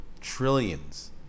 trillions